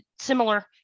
similar